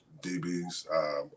DBs